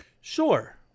Sure